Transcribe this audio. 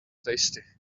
tasty